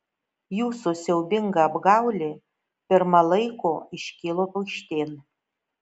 jūsų siaubinga apgaulė pirma laiko iškilo aikštėn